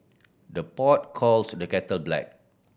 the pot calls the kettle black